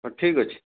ହଁ ଠିକ ଅଛି